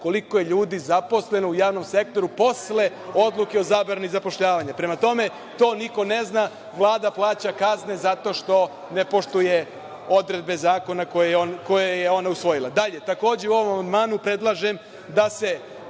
koliko je ljudi zaposleno u javnom sektoru posle odluke o zabrani zapošljavanja. Prema tome, to niko ne zna. Vlada plaća kazne zato što ne poštuje odredbe zakona koje je ona usvojila. Takođe,